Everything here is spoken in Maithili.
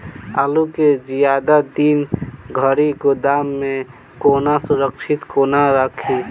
आलु केँ जियादा दिन धरि गोदाम मे कोना सुरक्षित कोना राखि?